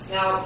Now